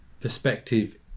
perspective